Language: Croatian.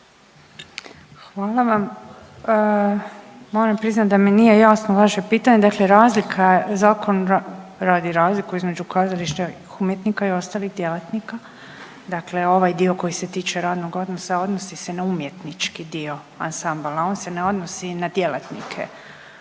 Hvala vam. Moram priznati da mi nije jasno vaše pitanje. Dakle razlika zakon radi razliku između kazališnih umjetnika i ostalih djelatnika, dakle ovaj dio koji se tiče radnog odnosa, odnosi se na umjetnički dio ansambala, on se ne odnosi na djelatnike.